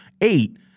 eight